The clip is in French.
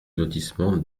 lotissement